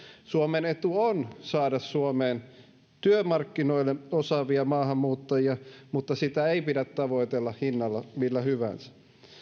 suomen etu on saada suomeen työmarkkinoille osaavia maahanmuuttajia mutta sitä ei pidä tavoitella hinnalla millä hyvänsä